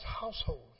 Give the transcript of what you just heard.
household